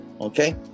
okay